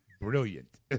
Brilliant